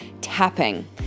tapping